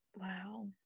Wow